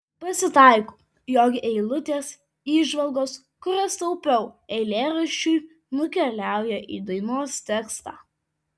pasitaiko jog eilutės įžvalgos kurias taupiau eilėraščiui nukeliauja į dainos tekstą